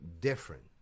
different